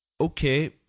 okay